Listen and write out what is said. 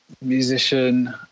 musician